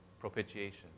propitiation